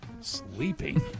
Sleeping